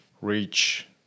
reach